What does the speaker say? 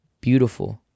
Beautiful